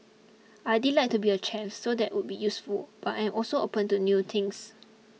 I'd like to be a chef so that would be useful but I'm also open to new things